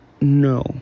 no